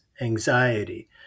anxiety